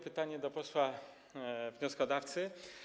Pytanie do posła wnioskodawcy.